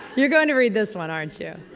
you're going to read this one, aren't you?